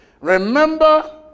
Remember